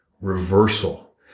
reversal